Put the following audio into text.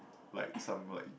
like some like